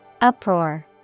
Uproar